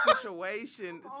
situation